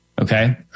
Okay